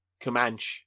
Comanche